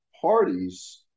parties